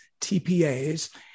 TPAs